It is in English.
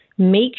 Make